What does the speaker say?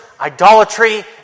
idolatry